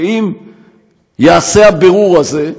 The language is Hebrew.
ואם ייעשה הבירור הזה,